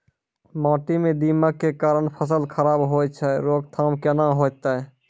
माटी म दीमक के कारण फसल खराब होय छै, रोकथाम केना होतै?